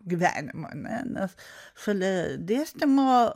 gyvenimą ane nes šalia dėstymo